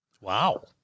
Wow